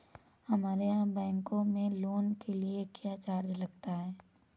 हमारे यहाँ बैंकों में लोन के लिए क्या चार्ज लगता है?